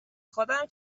خودم